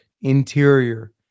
interior